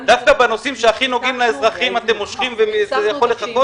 דווקא בנושאים שהכי נוגעים לאזרחים אתם מושכים וזה יכול לחכות?